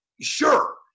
Sure